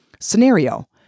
scenario